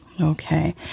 Okay